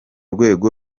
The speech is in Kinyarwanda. rwego